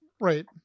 Right